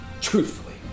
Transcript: truthfully